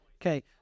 Okay